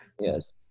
yes